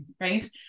right